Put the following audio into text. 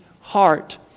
heart